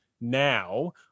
now